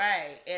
Right